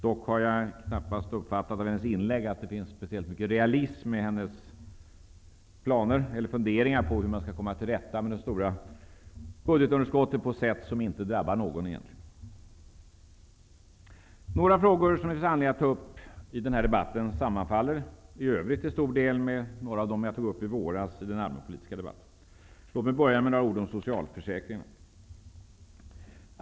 Dock har jag knappast uppfattat av hennes inlägg att det finns speciellt mycket realism i hennes funderingar på hur man skall komma till rätta med det stora budgetunderskottet på ett sätt som egentligen inte drabbar någon. Några frågor som det finns anledning att ta upp i den här debatten sammanfaller i övrigt till stor del med några av dem jag tog upp i den allmänpolitiska debatten i våras. Låt mig börja med några ord om socialförsäkringen.